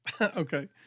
Okay